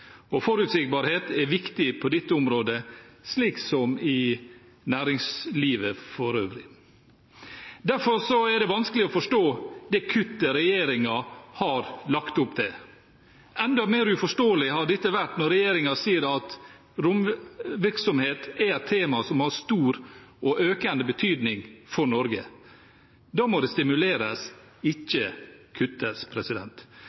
romindustrien. Forutsigbarhet er viktig på dette området, som i næringslivet for øvrig. Derfor er det vanskelig å forstå det kuttet regjeringen har lagt opp til. Enda mer uforståelig har dette vært når regjeringen sier at romvirksomhet er et tema som har stor og økende betydning for Norge. Da må det stimuleres,